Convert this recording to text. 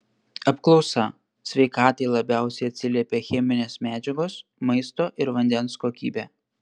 apklausa sveikatai labiausiai atsiliepia cheminės medžiagos maisto ir vandens kokybė